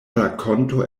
rakonto